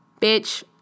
Bitch